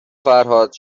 فرهاد